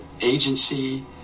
agency